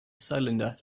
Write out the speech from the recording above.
cylinder